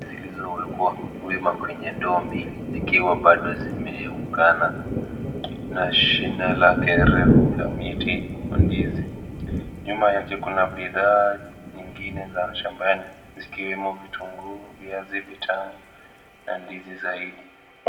Zilizowekwa wima kwenye ndoo mbili, zikiwa bado zimeungana na shina lake refu, la miti wa ndizi. Nyuma yake, kuna bidhaa nyingine za shambani, zikiwemo vitunguu, viazi vitamu na ndizi zaidi.